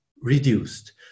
reduced